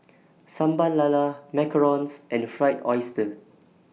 Sambal Lala Macarons and Fried Oyster